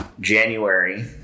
January